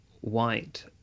white